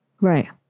Right